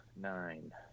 Nine